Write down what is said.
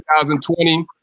2020